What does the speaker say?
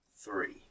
three